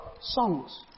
songs